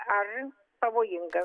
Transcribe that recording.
ar pavojinga